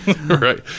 Right